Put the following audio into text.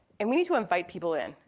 and we need to invite people in,